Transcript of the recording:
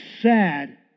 sad